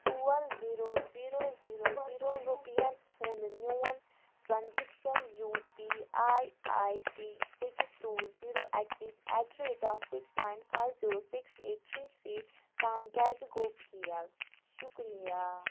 ژور zero zero zero zero رُپین ہُنٛد میون transaction U P I I T six two zero x's at the rate of six nine five zero six eight three three تام کیٛازِ گوٚو fail شُکریا